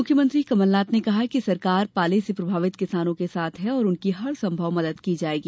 मुख्यमंत्री कमलनाथ ने कहा है कि सरकार पाले से प्रभावित किसानों के साथ है और उनकी हरसंभव मदद की जायेगी